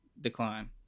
decline